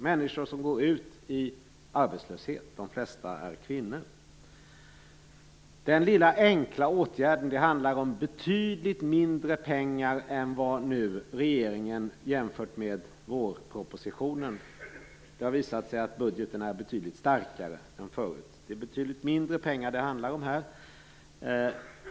Människor går ut i arbetslöshet. De flesta är kvinnor. Den lilla enkla åtgärd jag avser handlar om betydligt mindre pengar än vad regeringen angav i vårpropositionen. Det har visat sig att budgeten är betydligt starkare än förut.